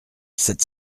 sept